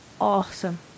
awesome